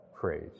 phrase